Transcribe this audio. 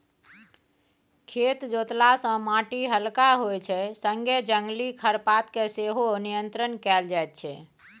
खेत जोतला सँ माटि हलका होइ छै संगे जंगली खरपात केँ सेहो नियंत्रण कएल जाइत छै